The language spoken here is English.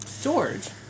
George